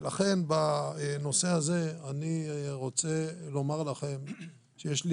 ולכן בנושא הזה אני רוצה לומר לכם שיש לי